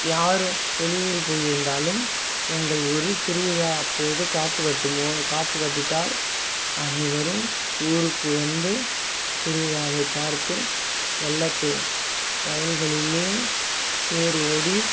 யார் வெளியூர் போயிருந்தாலும் எங்கள் ஊரில் திருவிழா போது காப்பு கட்டும்போ காப்பு கட்டிட்டால் அனைவரும் ஊருக்கு வந்து திருவிழாவை பார்த்து எல்லைத்தேர் வயல்களிலே தேர் ஓடி